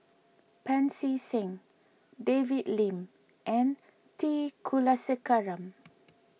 Pancy Seng David Lim and T Kulasekaram